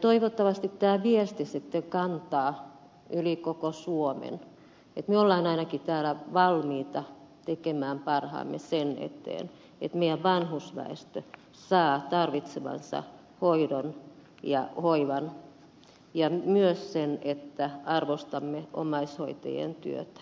toivottavasti tämä viesti sitten kantaa yli koko suomen että me olemme ainakin täällä valmiita tekemään parhaamme sen eteen että meidän vanhusväestö saa tarvitsemansa hoidon ja hoivan ja myös että arvostamme omaishoitajien työtä